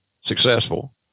successful